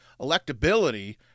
Electability